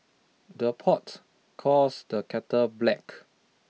the pot calls the kettle black